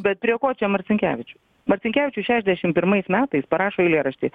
bet prie ko čia marcinkevičius marcinkevičius šešdešimt pirmais metais parašo eilėraštį